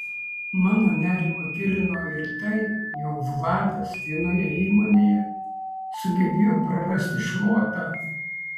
mano nerimą gilino ir tai jog vladas vienoje įmonėje sugebėjo prarasti šluotą